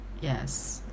Yes